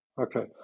Okay